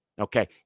Okay